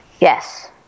Yes